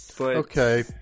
Okay